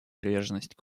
приверженность